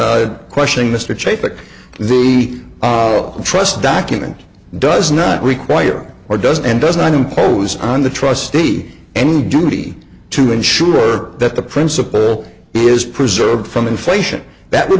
in question mr chase but the trust document does not require or does and does not impose on the trustee any duty to ensure that the principle is preserved from inflation that would